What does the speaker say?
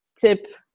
tip